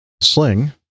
Sling